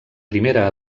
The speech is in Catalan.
primera